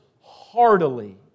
heartily